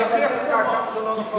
אני אוכיח לך כמה זה לא נכון.